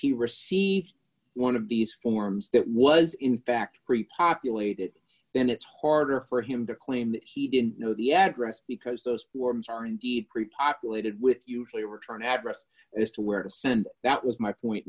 he received one of these forms that was in fact repopulated then it's harder for him to claim he didn't know the address because those orms are indeed repopulated with usually return address as to where to send that was my point